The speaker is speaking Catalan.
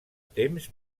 temps